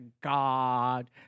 god